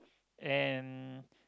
and